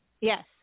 Yes